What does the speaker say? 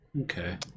okay